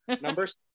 Numbers